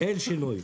אין שינוי.